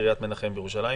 קריית מנחם בירושלים,